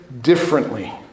differently